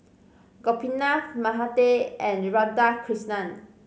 Gopinath Mahade and Radhakrishnan